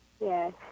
Yes